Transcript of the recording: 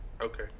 Okay